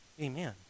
Amen